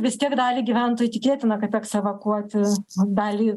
vis tiek dalį gyventojų tikėtina kad teks evakuoti dalį